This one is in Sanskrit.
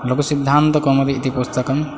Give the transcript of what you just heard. लघुसिद्धान्तकौमुदी इति पुस्तकं